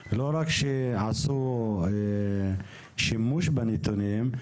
לא רק שעשו שימוש בנתונים,